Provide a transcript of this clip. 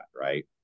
Right